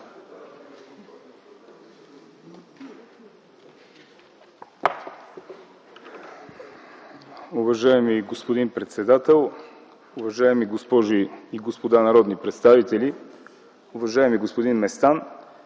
Уважаеми господин председател, уважаеми госпожи и господа народни представители! Уважаеми господин Горов,